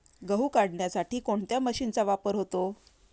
गहू काढण्यासाठी कोणत्या मशीनचा वापर होतो?